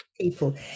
people